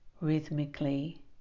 rhythmically